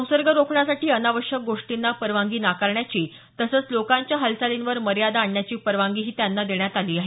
संसर्ग रोखण्यासाठी अनावश्यक गोष्टींना परवानगी नाकारण्याची तसंच लोकांच्या हालचालींवर मर्यादा आणण्याची परवानगीही त्यांना देण्यात आली आहे